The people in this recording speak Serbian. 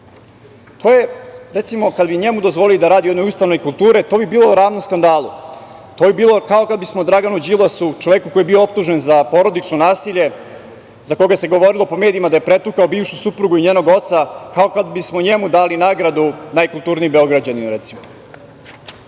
na ministra. Kada bi njemu dozvoli da radi u jednoj ustanovi kulture, to bi bilo ravno skandalu. To bi bilo kao kada bismo Draganu Đilasu, čoveku koji je bio optužen za porodično nasilje, za koga se govorilo po medijima da je pretukao bivšu suprugu i njenog oca, dali nagradu – najkulturnijeg Beograđanina, recimo. Osim